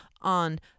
on